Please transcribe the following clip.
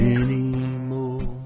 anymore